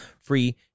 free